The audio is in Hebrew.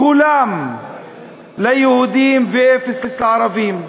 כולם ליהודים, ואפס לערבים,